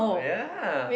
oh yeah